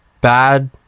Bad